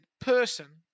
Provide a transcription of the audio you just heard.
person